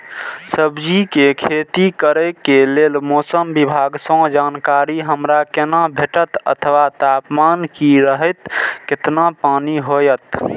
सब्जीके खेती करे के लेल मौसम विभाग सँ जानकारी हमरा केना भेटैत अथवा तापमान की रहैत केतना पानी होयत?